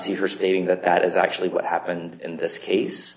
see her stating that that is actually what happened in this case